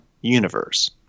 universe